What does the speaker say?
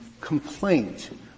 complaint